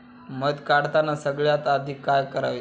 मध काढताना सगळ्यात आधी काय करावे?